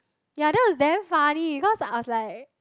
ya that was damn funny I was like